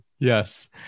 Yes